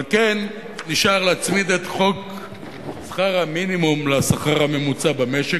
על כן נשאר להצמיד את חוק שכר מינימום לשכר הממוצע במשק,